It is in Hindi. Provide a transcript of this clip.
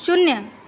शून्य